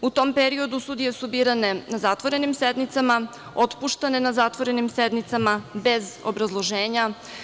U tom periodu sudije su birane na zatvorenim sednicama, otpuštane na zatvorenim sednicama bez obrazloženja.